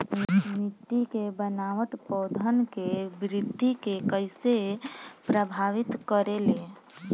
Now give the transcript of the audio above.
मिट्टी के बनावट पौधन के वृद्धि के कइसे प्रभावित करे ले?